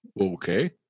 Okay